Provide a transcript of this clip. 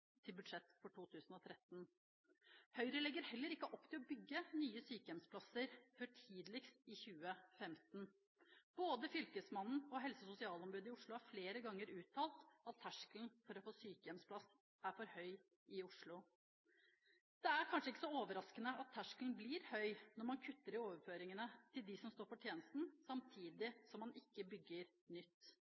til budsjett for 2013. Høyre legger heller ikke opp til å bygge nye sykehjemsplasser før tidligst i 2015. Både fylkesmannen og helse- og sosialombudet i Oslo har flere ganger uttalt at terskelen for å få sykehjemsplass er for høy i Oslo. Det er kanskje ikke så overraskende at terskelen blir høy når man kutter i overføringene til dem som står for tjenesten, samtidig som man ikke bygger nytt.